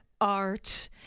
art